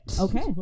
Okay